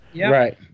Right